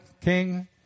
king